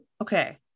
okay